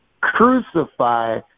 crucify